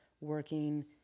working